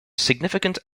significant